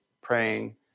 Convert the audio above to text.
praying